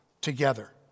together